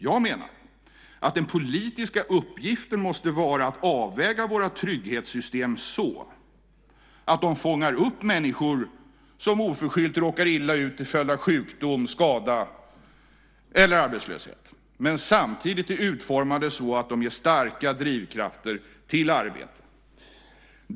Jag menar att den politiska uppgiften måste vara att avväga våra trygghetssystem så att de fångar upp människor som oförskyllt råkar illa ut till följd av sjukdom, skada eller arbetslöshet men samtidigt är utformade så att de ger starka drivkrafter till arbete.